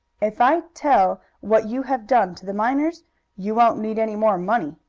if i tell what you have done to the miners you won't need any more money,